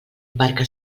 barca